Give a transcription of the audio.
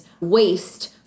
waste